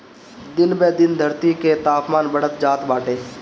दिन ब दिन धरती के तापमान बढ़त जात बाटे